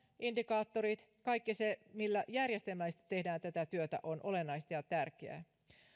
indikaattorit kaikki se millä järjestelmällisesti tehdään tätä työtä on olennaista ja tärkeää